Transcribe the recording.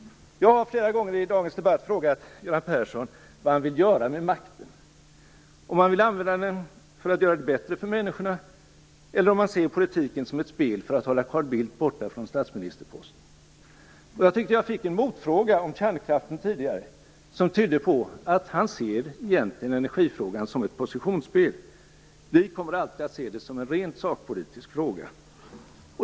Jag har flera gånger i dagens debatt frågat Göran Persson vad han vill göra med makten. Vill han använda den för att göra det bättre för människorna eller ser han politiken som ett spel för att hålla Carl Bildt borta från statsministerposten? Jag fick en motfråga om kärnkraften tidigare som jag tyckte tydde på att han egentligen ser kärnkraftsfrågan som ett positionsspel. Vi moderater kommer alltid att se den som en rent sakpolitisk fråga.